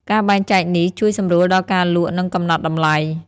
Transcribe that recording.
ការបែងចែកនេះជួយសម្រួលដល់ការលក់ និងកំណត់តម្លៃ។